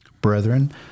brethren